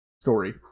story